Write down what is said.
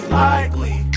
likely